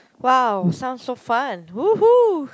!wow! sounds so fun !woohoo!